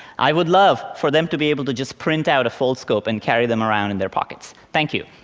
i would love for them to be able to just print out a foldscope and carry them around in their pockets. thank you.